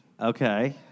Okay